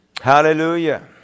Hallelujah